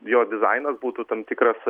jo dizainas būtų tam tikras